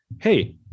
Hey